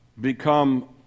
Become